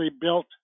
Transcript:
built